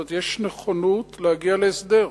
כלומר, יש נכונות להגיע להסדר.